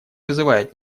вызывает